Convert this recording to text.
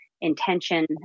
intention